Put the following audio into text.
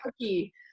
cookie